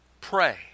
pray